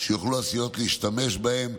שהסיעות יוכלו להשתמש בו,